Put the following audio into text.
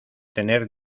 tener